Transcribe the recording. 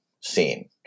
scene